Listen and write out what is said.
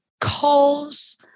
calls